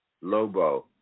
Lobo